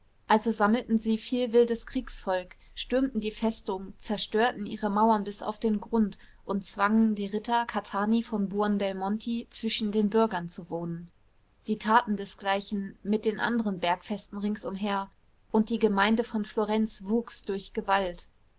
also sammelten sie viel wildes kriegsvolk stürmten die festung zerstörten ihre mauern bis auf den grund und zwangen die ritter cattani von buondelmonti zwischen den bürgern zu wohnen sie taten desgleichen mit den anderen bergfesten ringsumher und die gemeine von florenz wuchs durch gewalt